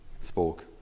spoke